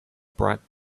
bright